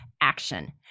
action